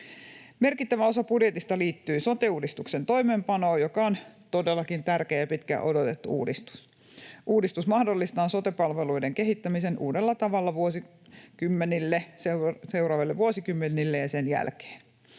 Merkittävä osa budjetista liittyy sote-uudistuksen toimeenpanoon, joka on todellakin tärkeä ja pitkään odotettu uudistus. Uudistus mahdollistaa sote-palveluiden kehittämisen uudella tavalla seuraaville vuosikymmenille ja sen jälkeen.